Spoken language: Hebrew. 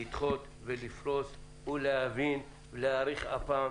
לדחות ולפרוס ולהבין ולהאריך אפם